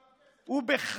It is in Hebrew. הוא בטוח שעושים עליו כסף.